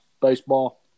baseball